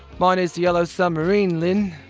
mine is yellow so marine, lynne.